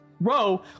row